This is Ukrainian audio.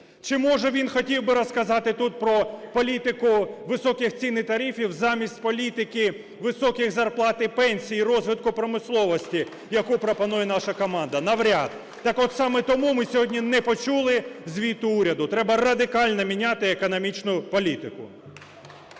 Чи, може, він хотів би розказати тут про політику високих цін і тарифів замість політики високих зарплат і пенсій, розвитку промисловості, яку пропонує наша команда? Навряд. Так от, саме тому ми сьогодні не почули звіту уряду. Треба радикально міняти економічну політику.